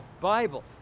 Bible